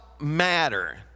matter